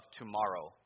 tomorrow